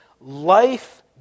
life